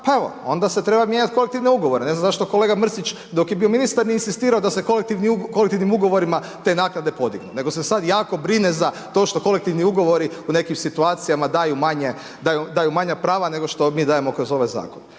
pa evo onda se treba mijenjati kolektivne ugovore, ne znam zašto kolega Mrsić dok je bio ministar nije inzistirao da se kolektivnim ugovorima te naknade podignu, nego se sad jako brine za to što kolektivni ugovori u nekim situacijama daju manje, daju manja prava nego što mi dajemo kroz ovaj zakon.